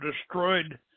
destroyed